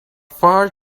far